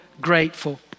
grateful